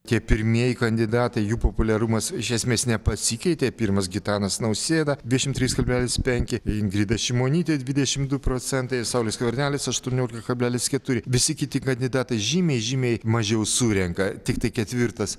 tie pirmieji kandidatai jų populiarumas iš esmės nepasikeitė pirmas gitanas nausėda dvidešimt trys kablelis penki ingrida šimonytė dvidešimt du procentai saulius skvernelis aštuoniolika kablelis keturi visi kiti kandidatai žymiai žymiai mažiau surenka tiktai ketvirtas